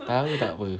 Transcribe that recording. tahu tak apa